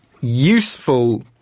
useful